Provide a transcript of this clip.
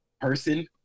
person